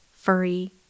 furry